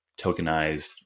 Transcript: tokenized